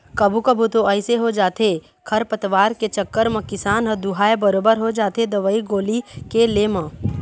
कभू कभू तो अइसे हो जाथे खरपतवार के चक्कर म किसान ह दूहाय बरोबर हो जाथे दवई गोली के ले म